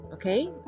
Okay